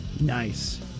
Nice